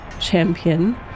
champion